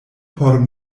por